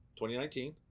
2019